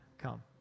come